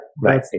Right